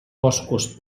boscos